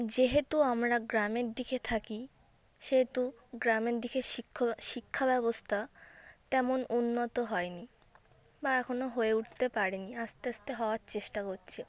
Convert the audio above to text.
যেহেতু আমরা গ্রামের দিকে থাকি সেহেতু গ্রামের দিকের শিক্ষ শিক্ষা ব্যবস্থা তেমন উন্নত হয় নি বা এখনো হয়ে উঠতে পারে নি আস্তে আস্তে হওয়ার চেষ্টা করছে